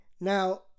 Now